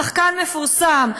שחקן מפורסם,